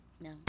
no